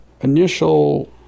initial